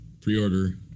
pre-order